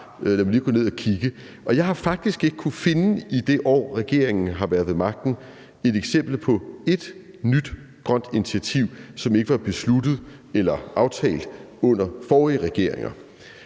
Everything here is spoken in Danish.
jeg har faktisk ikke kunnet finde – i det år, regeringen har været ved magten – et eksempel på ét nyt grønt initiativ, som ikke var besluttet eller aftalt under forrige regeringer.